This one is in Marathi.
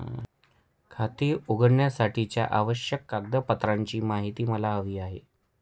खाते उघडण्यासाठीच्या आवश्यक कागदपत्रांची माहिती मला हवी आहे